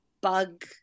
bug